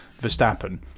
Verstappen